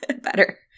better